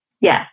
Yes